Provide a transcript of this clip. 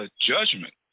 judgment